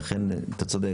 אתה צודק,